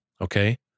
Okay